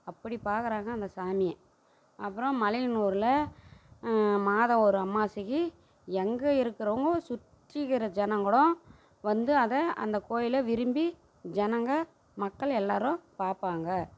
அப்படி பார்க்கறாங்க அந்த சாமியை அப்புறம் மலையனூரில் மாதம் ஒரு அம்மாவாசைக்கு எங்கள் இருக்கிறவங்க சுற்றி இருக்குற ஜனம் கூடம் வந்து அதை அந்த கோயிலை விரும்பி ஜனங்க மக்கள் எல்லாரும் பார்ப்பாங்க